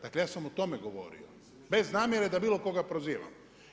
Dakle, ja sam o tome govorio bez namjere da bilo koga prozivam.